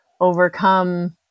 overcome